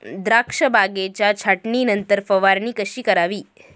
द्राक्ष बागेच्या छाटणीनंतर फवारणी कशी करावी?